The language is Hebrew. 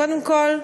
קודם כול,